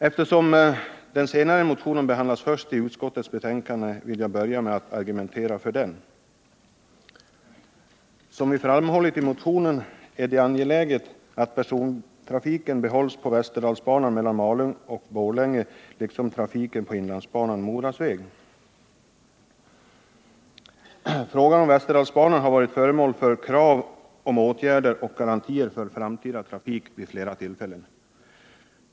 Eftersom den senare motionen behandlats först i utskottets betänkande, vill jag börja med att argumentera för den. I fråga om Västerdalsbanan har det framförts krav på åtgärder och garanti för framtida trafik vid flera tillfällen.